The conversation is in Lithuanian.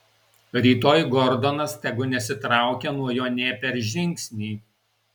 rytoj gordonas tegu nesitraukia nuo jo nė per žingsnį